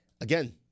again